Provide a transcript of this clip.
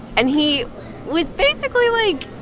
and he was basically like,